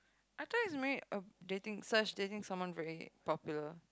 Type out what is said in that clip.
I thought he's married or dating such dating someone very popular